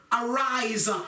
Arise